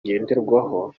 ngenderwaho